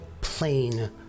plain